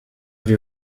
wir